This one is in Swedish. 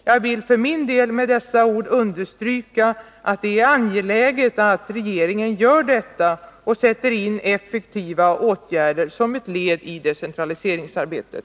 Jag vill för min del med dessa ord understryka att det är angeläget att regeringen gör detta och sätter in effektiva åtgärder som ett led i decentraliseringsarbetet.